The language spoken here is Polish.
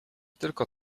tylko